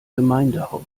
gemeindehaus